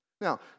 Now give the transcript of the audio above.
Now